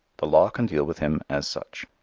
the law can deal with him as such.